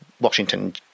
Washington